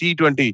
T20